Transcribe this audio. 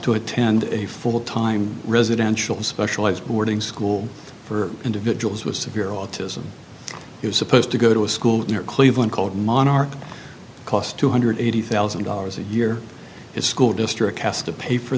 to attend a full time residential specialized boarding school for individuals with severe autism who is supposed to go to a school near cleveland called monarch cost two hundred eighty thousand dollars a year is school district has to pay for